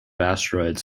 asteroids